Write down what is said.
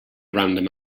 random